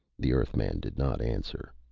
the earthman did not answer.